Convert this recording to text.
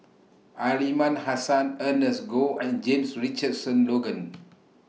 Aliman Hassan Ernest Goh and James Richardson Logan